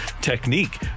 technique